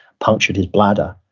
punctured his bladder,